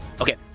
Okay